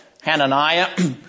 Hananiah